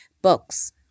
Books